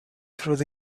through